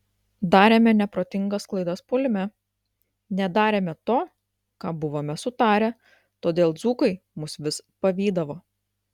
darėme neprotingas klaidas puolime nedarėme to ką buvome sutarę todėl dzūkai mus vis pavydavo